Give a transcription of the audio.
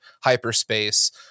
hyperspace